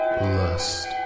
Lust